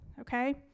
Okay